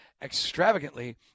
extravagantly